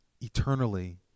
eternally